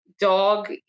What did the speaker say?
dog